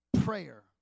prayer